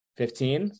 fifteen